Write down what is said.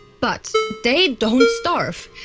but, they don't starve,